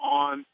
on